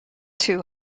too